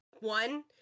one